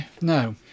No